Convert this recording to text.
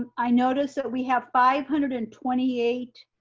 um i notice that we have five hundred and twenty eight